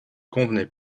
convenait